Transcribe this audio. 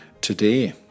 Today